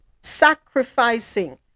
sacrificing